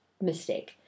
Mistake